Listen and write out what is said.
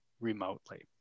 remotely